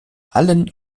allen